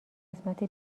قسمت